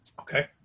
Okay